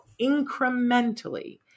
incrementally